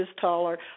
taller